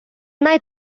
най